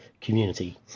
community